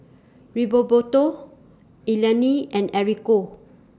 Rigoberto Eleni and Enrico